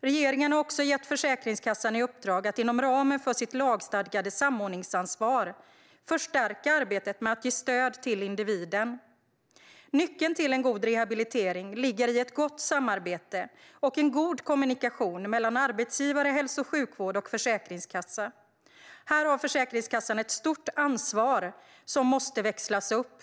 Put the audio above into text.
Regeringen har också gett Försäkringskassan i uppdrag att inom ramen för sitt lagstadgade samordningsansvar förstärka arbetet med att ge stöd till individen. Nyckeln till god rehabilitering ligger i gott samarbete och god kommunikation mellan arbetsgivare, hälso och sjukvård och Försäkringskassan. Här har Försäkringskassan ett stort ansvar som måste växlas upp.